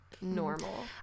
normal